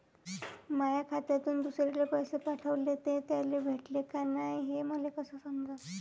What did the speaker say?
माया खात्यातून दुसऱ्याले पैसे पाठवले, ते त्याले भेटले का नाय हे मले कस समजन?